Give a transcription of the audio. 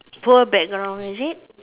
poor background is it